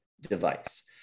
device